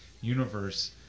universe